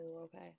okay